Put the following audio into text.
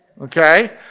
Okay